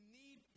need